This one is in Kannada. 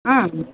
ಹಾಂ